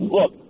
Look